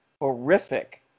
horrific